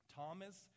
Thomas